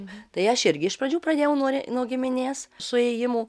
tai aš irgi iš pradžių pradėjau nuo nuo giminės suėjimų